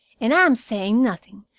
and i am saying nothing,